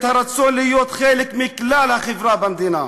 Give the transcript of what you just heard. הרצון להיות חלק מכלל החברה במדינה.